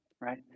right